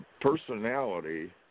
personality